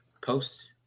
post